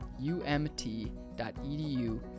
umt.edu